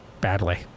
badly